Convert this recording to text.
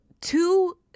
two